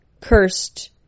Cursed